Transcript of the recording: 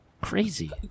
crazy